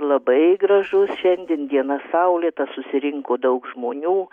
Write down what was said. labai gražus šiandien diena saulėta susirinko daug žmonių